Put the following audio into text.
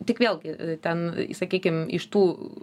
tik vėlgi ten sakykim iš tų